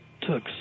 took